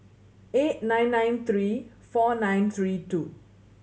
eight nine nine three four nine three two